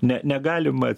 ne negalima